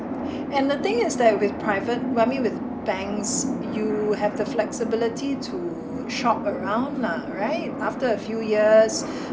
and the thing is that with private well I mean with banks you have the flexibility to shop around lah right after a few years